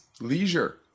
leisure